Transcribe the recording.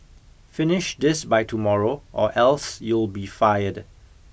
finish this by tomorrow or else you'll be fired